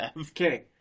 okay